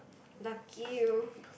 luckily